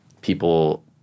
people